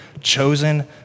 chosen